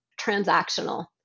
transactional